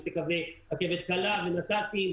רכבת קלה ונת"צים,